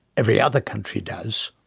every other country does.